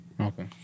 Okay